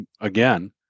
again